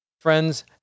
Friends